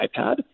iPad